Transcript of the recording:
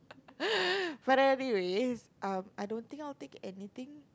but anyway um I don't think they get anything